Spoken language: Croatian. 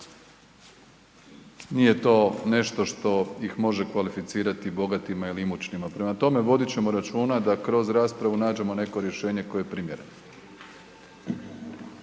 nije to nešto što ih može kvalificirati bogatima ili imućnima. Prema tome, vodit ćemo računa da kroz raspravu nađemo neko rješenje koje je primjereno.